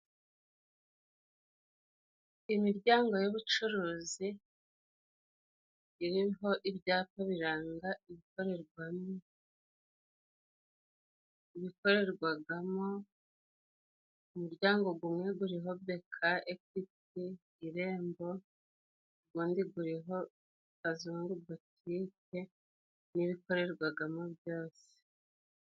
Imiryango y'ubucuruzi, iriho ibyapa biranga ibikorerwamo, bikorerwamo umuryango umwe uriho beka, ekwiti, irembo, uwundi uriho kazungu botike n'ibikorerwamo byose.